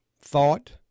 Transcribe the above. thought